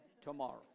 tomorrow